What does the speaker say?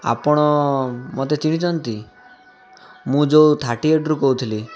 ଆପଣ ମୋତେ ଚିହ୍ନିଛନ୍ତି ମୁଁ ଯେଉଁ ଥାର୍ଟି ଏଇଟରୁ କହୁଥିଲି